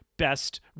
best